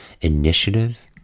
initiative